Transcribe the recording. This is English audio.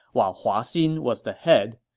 while hua xin was the head.